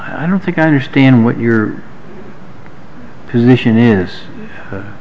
i don't think i understand what your position is